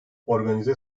organize